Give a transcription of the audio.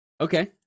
Okay